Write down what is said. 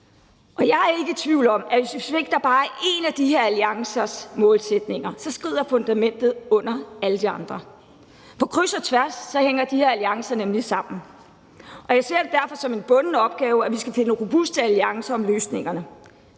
os. Jeg er ikke i tvivl om, at hvis vi svigter bare én af de her alliancers målsætninger, skrider fundamentet under alle de andre. På kryds og tværs hænger de her alliancer nemlig sammen, og jeg ser det derfor som en bunden opgave, at vi skal finde robuste alliancer om løsningerne.